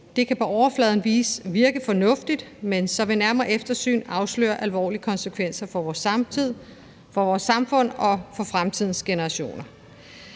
Det kan på overfladen virke fornuftigt, men ved nærmere eftersyn afslører det alvorlige konsekvenser for vores samtid, for vores samfund og for fremtidens generationer.